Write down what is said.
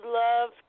love